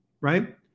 right